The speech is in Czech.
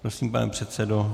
Prosím, pane předsedo.